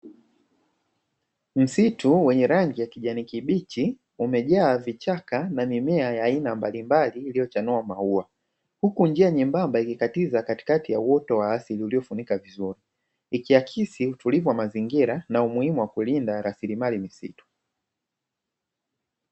Msitu wenye rangi ya kijani kibichi umejaa vichaka na mimea ya aina mbalimbali iliyochanua maua. Huku njia nyembamba ikikatiza katikati ya uoto wa asili uliofunika vizuri. Ikiakisi utulivu wa mazingira na umuhimu wa kulinda rasilimali misitu.